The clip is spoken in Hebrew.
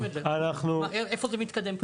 איפה זה מתקדם?